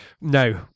no